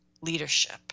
leadership